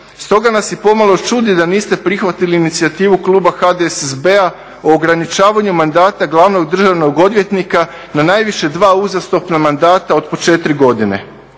Stoga nas i pomalo čudi da niste prihvatili inicijativu kluba HDSSB-a o ograničavanju mandata glavnog državnog odvjetnika na najviše dva uzastopna mandata od po 4 godine.